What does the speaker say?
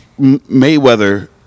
Mayweather